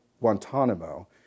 Guantanamo